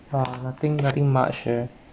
but nothing nothing much there